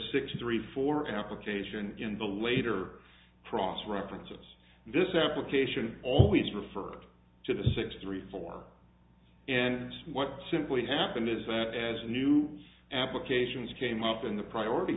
sixty three for an application in the later cross reference of this application always referred to the six three four and what simply happened is that as a new applications came up in the priority